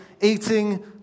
eating